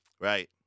Right